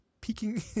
peeking